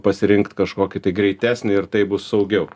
pasirinkt kažkokį tai greitesnį ir tai bus saugiau